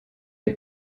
est